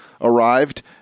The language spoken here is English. arrived